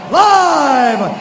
live